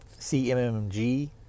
CMMG